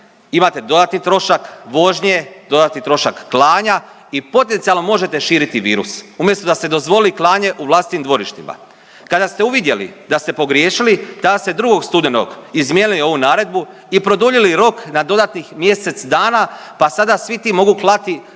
imate dodatni trošak vožnje, dodatni trošak klanja i potencijalno možete širiti virus, umjesto da ste dozvolili klanje u vlastitim dvorištima. Kada ste uvidjeli da ste pogriješili tada ste 2. studenog izmijenili ovu naredbu i produljili rok na dodatnih mjesec dana pa sada svi ti mogu klati